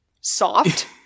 Soft